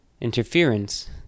Interference